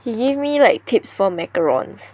he give me like tips for macarons